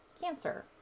Cancer